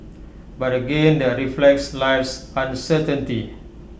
but again that reflects life's uncertainty